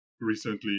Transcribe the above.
recently